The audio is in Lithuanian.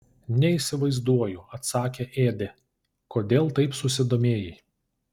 neįsivaizduoju atsakė ėdė kodėl taip susidomėjai